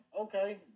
Okay